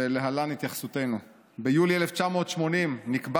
ולהלן התייחסותנו: ביולי 1980 נקבע